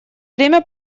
время